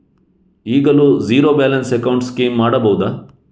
ಈಗಲೂ zero balance account scheme ಮಾಡಬಹುದಾ?